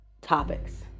topics